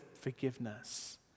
forgiveness